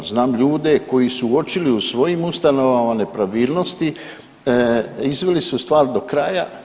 Znam ljude koji su uočili u svojim ustanovama nepravilnosti, izvili su stvar do kraja.